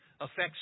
affects